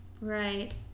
Right